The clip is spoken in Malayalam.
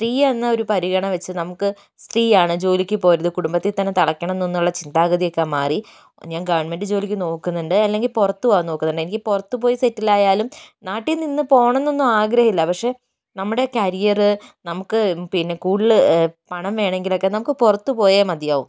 സ്ത്രീയെന്ന ഒരു പരിഗണ വെച്ച് നമുക്ക് സ്ത്രീയാണ് ജോലിക്ക് പോകരുത് കുടുംബത്തിൽ തന്നെ തളക്കണം എന്നുള്ള ചിന്താഗതിയൊക്കെ മാറി ഞാൻ ഗവൺമെൻറ് ജോലിക്ക് നോക്കുന്നുണ്ട് അല്ലെങ്കിൽ പുറത്തു പോകാൻ നോക്കുന്നുണ്ട് എനിക്ക് പുറത്തുപോയി സെറ്റിലായാലും നാട്ടിൽ നിന്ന് പോകണമെന്നൊന്നും ആഗ്രഹമില്ല പക്ഷെ നമ്മുടെ കരിയർ നമുക്ക് പിന്നെ കൂടുതൽ പണം വേണമെങ്കിലൊക്കെ നമുക്ക് പുറത്തു പോയേ മതിയാകൂ